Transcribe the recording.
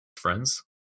Friends